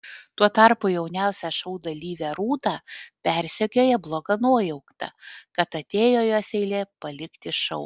tuo tarpu jauniausią šou dalyvę rūtą persekioja bloga nuojauta kad atėjo jos eilė palikti šou